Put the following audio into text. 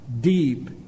deep